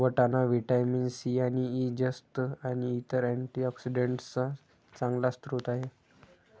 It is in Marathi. वाटाणा व्हिटॅमिन सी आणि ई, जस्त आणि इतर अँटीऑक्सिडेंट्सचा चांगला स्रोत आहे